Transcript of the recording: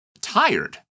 tired